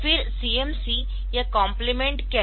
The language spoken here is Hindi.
फिर CMC या कॉम्प्लीमेंट कैरी